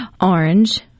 Orange